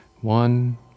One